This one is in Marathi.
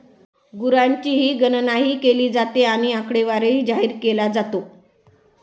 गुरांची गणनाही केली जाते आणि आकडेवारी जाहीर केला जातो